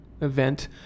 event